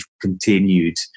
continued